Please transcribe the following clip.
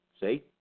See